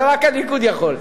זה רק הליכוד יכול.